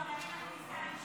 אדוני היושב-ראש,